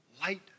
light